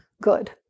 good